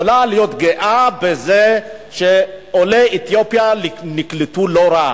יכולה להיות גאה בזה שעולי אתיופיה נקלטו לא רע.